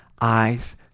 eyes